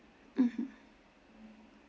mmhmm